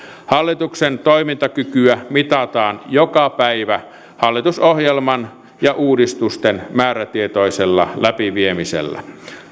hallituksen toimintakykyä mitataan joka päivä hallitusohjelman ja uudistusten määrätietoisella läpiviemisellä